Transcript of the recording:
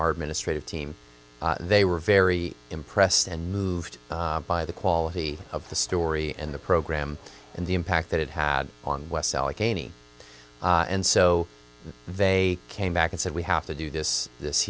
our administrative team they were very impressed and moved by the quality of the story and the program and the impact that it had on west allegheny and so they came back and said we have to do this this